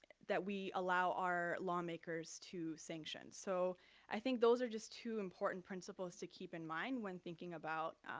that we allow our lawmakers to sanction. so i think those are just two important principles to keep in mind when thinking about,